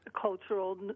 cultural